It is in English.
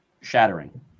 shattering